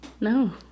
No